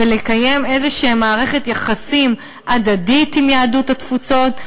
ולקיים איזושהי מערכת יחסים הדדית עם יהדות התפוצות,